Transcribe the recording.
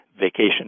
vacation